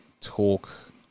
talk